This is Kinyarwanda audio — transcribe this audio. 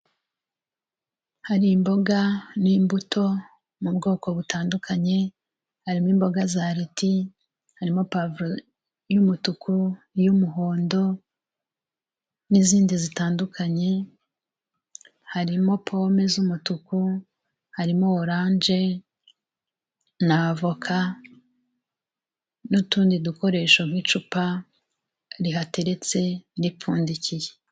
Hari imboga n'imbuto mu bwoko butandukanye harimo imboga za leti, harimo puwavuro y'umutuku, iy'umuhondo n'izindi zitandukanye. Harimo pome z'umutuku, harimo orange na avoka n'utundi dukoresho nk'icupa rihateretse ripfundikiye.